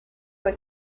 fue